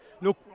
look